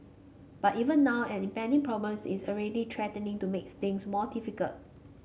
but even now an impending problem is already threatening to make things more difficult